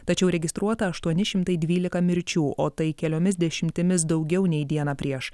tačiau registruota aštuoni šimtai dvylika mirčių o tai keliomis dešimtimis daugiau nei dieną prieš